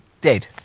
dead